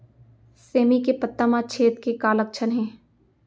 सेमी के पत्ता म छेद के का लक्षण हे?